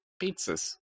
pizzas